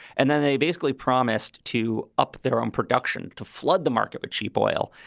and then they basically promised to up their own production to flood the market with cheap oil.